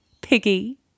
piggy